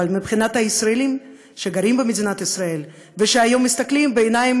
אבל מבחינת הישראלים שגרים במדינת ישראל והיום מסתכלים בעיניים